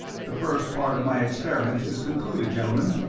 the first part of my experiment is concluded, gentlemen.